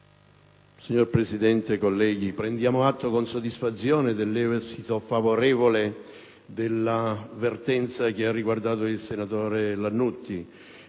Signor Presidente, colleghi, prendiamo atto con soddisfazione dell'esito favorevole della vicenda che ha riguardato il senatore Lannutti.